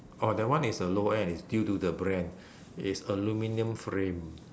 oh that one is a low end is due to the brand is aluminium frame